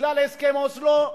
בגלל הסכם אוסלו,